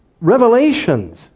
revelations